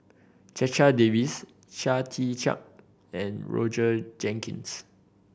Checha Davies Chia Tee Chiak and Roger Jenkins